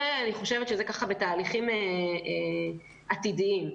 זה בתהליכים עתידיים.